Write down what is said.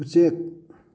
ꯎꯆꯦꯛ